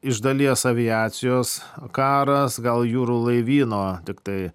iš dalies aviacijos karas gal jūrų laivyno tiktai